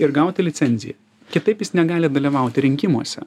ir gauti licenziją kitaip jis negali dalyvauti rinkimuose